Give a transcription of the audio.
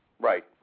Right